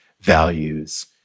values